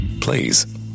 Please